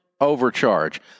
overcharge